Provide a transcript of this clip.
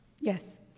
Yes